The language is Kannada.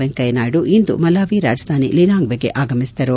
ವೆಂಕಯ್ಯ ನಾಯ್ಡು ಇಂದು ಮಲಾವಿ ರಾಜಧಾನಿ ಲಿನಾಂಗ್ವೆಗೆ ಆಗಮಿಸಿದರು